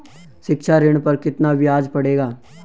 शिक्षा ऋण पर कितना ब्याज पड़ेगा?